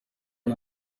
ari